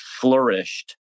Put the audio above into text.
flourished